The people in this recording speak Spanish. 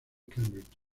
cambridge